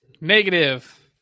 Negative